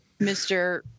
Mr